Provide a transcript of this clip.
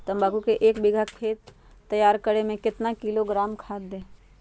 तम्बाकू के एक बीघा खेत तैयार करें मे कितना किलोग्राम खाद दे?